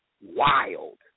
wild